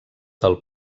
del